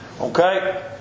Okay